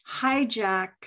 hijack